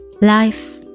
Life